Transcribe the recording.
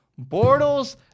Bortles